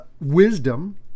Wisdom